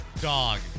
dog